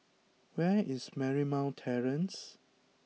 where is Marymount Terrace